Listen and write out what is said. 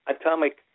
atomic